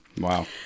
Wow